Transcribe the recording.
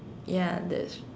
ya that's